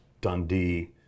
Dundee